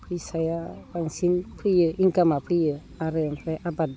फैसाया बांसिन फैयो इन्कामा फैयो आरो ओमफ्राय आबाद